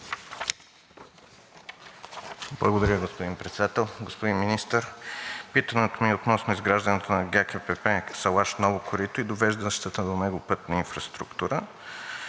Благодаря, господин Председател. Господин Министър, питането ми е относно изграждането на ГКПП Салаш – Ново Корито и довеждащата до него пътна инфраструктура.